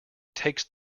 takes